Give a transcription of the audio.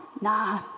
nah